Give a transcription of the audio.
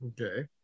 Okay